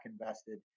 invested